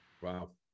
Wow